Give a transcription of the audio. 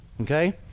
Okay